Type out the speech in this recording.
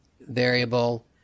variable